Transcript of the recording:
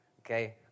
Okay